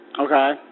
Okay